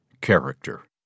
character